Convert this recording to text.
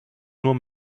nur